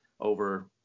over